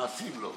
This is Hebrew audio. מעשים לא.